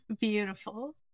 Beautiful